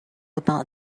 about